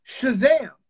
Shazam